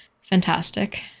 fantastic